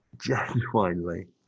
genuinely